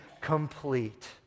complete